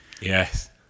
Yes